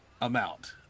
amount